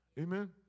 Amen